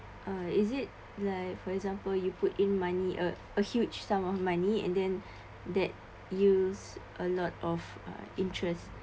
uh is it like for example you put in money a a huge sum of money and then that use a lot of uh interest